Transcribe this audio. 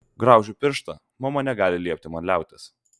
graužiu pirštą mama negali liepti man liautis